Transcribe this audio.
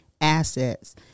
assets